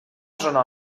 zona